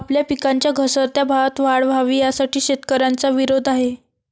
आपल्या पिकांच्या घसरत्या भावात वाढ व्हावी, यासाठी शेतकऱ्यांचा विरोध आहे